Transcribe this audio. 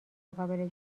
قابل